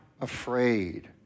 afraid